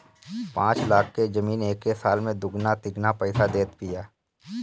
पाँच लाख के जमीन एके साल में दुगुना तिगुना पईसा देत बिया